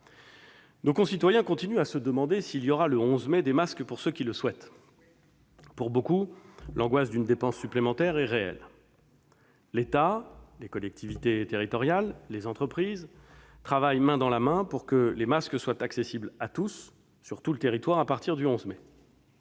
Nos concitoyens continuent à se demander s'il y aura, le 11 mai, des masques pour ceux qui le souhaitent. Pour beaucoup, l'angoisse d'une dépense supplémentaire est réelle. L'État, les collectivités territoriales, les entreprises travaillent main dans la main pour que les masques soient accessibles à tous sur tout le territoire à partir du 11 mai.